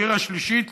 העיר השלישית